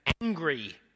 angry